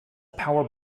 power